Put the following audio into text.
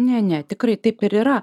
ne ne tikrai taip ir yra